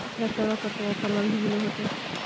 ट्रैक्टरबा पर तो ओफ्फरबा भी मिल होतै?